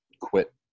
quit